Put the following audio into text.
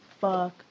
fuck